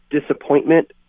disappointment